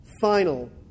final